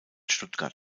stuttgart